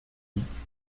dix